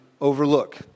overlook